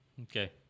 Okay